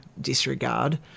disregard